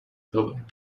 building